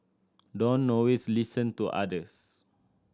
don't always listen to others